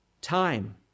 time